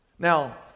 Now